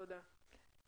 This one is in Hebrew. תודה.